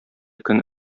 көн